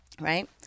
right